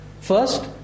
First